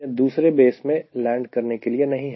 यह दूसरे बेस में लैंड करने के लिए नहीं है